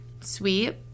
sweet